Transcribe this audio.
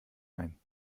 ein